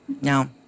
no